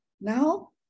Now